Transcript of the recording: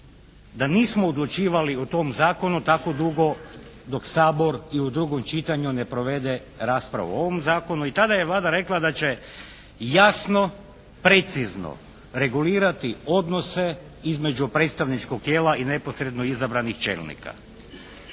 da nismo odlučivalo o tom zakonu tako dugo dok Sabor i u drugom čitanju ne provede raspravu o ovom zakonu. I tada je Vlada rekla da će jasno, precizno regulirati odnose između predstavničkog tijela i neposredno izabranih čelnika.